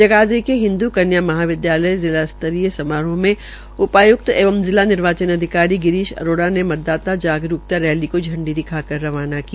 जगाधरी के हिन्दू कन्य महाविद्यालय जिला स्तरीय समारोह मे उपाय्क्त एवं जिला निर्वाचन अधिकारी गिरीशी अरोड़ा ने मतदाता जागरूकता रैली को झंडी दिखा रवाना किया